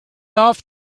off